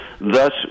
Thus